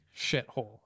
shithole